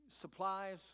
supplies